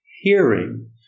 hearing